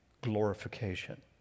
glorification